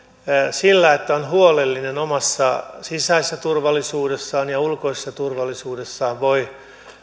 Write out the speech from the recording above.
sillä että on huolellinen omassa sisäisessä turvallisuudessaan ja ulkoisessa turvallisuudessaan